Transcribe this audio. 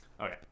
okay